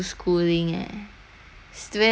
it's where to find the money and time